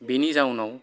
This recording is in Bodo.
बेनि जाउनाव